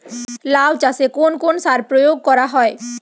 লাউ চাষে কোন কোন সার প্রয়োগ করা হয়?